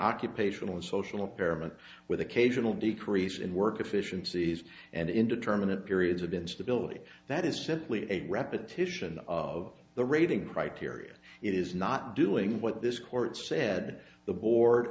occupational and social apparent with occasional decrease in work efficiencies and indeterminate periods of instability that is simply a repetition of the rating criteria it is not doing what this court said the board